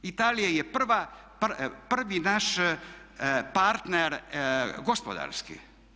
Italija je prvi naš partner gospodarski.